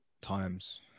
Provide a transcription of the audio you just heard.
times